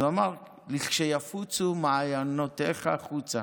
אז הוא אמר: לכשיפוצו מעיינותיך חוצה.